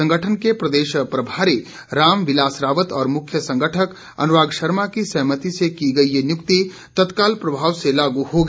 संगठन के प्रदेश प्रभारी राम विलास रावत और मुख्य संगठक अनुराग शर्मा की सहमति से की गई ये नियुक्ति तत्काल प्रभाव से लागू होगी